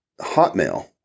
Hotmail